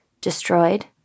Destroyed